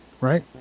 Right